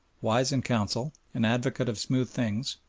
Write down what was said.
wise in council, an advocate of smooth things,